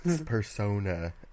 persona